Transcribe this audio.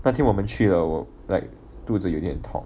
那天我们去了 like 肚子有点痛